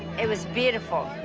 it was beautiful!